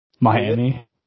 Miami